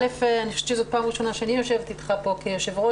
אני חושבת שזאת פעם ראשונה שאני יושבת איתך פה כיושב-ראש,